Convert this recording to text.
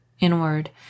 inward